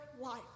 life